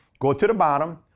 go to the bottom,